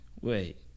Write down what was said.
wait